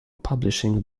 publishing